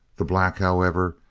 the black, however,